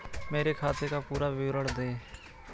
मेरे खाते का पुरा विवरण दे?